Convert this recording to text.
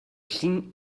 llun